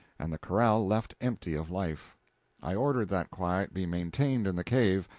and the corral left empty of life i ordered that quiet be maintained in the cave,